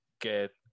get